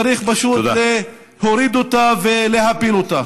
צריך פשוט להוריד אותה ולהפיל אותה.